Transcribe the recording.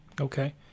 Okay